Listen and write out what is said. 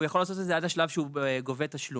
הוא יכול לעשות את זה עד השלב שבו הוא גובה תשלום.